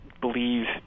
believe